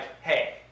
hey